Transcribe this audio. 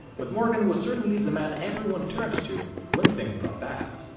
but morgan was certainly the man everyone turned to when things got bad.